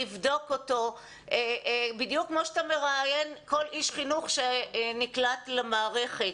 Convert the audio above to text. לבדוק אותו בדיוק כמו שאתה מראיין כל איש חינוך שנקלט למערכת,